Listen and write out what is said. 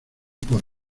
por